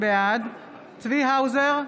בעד צבי האוזר,